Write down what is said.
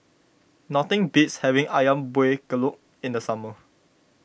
nothing beats having Ayam Buah Keluak in the summer